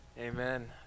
Amen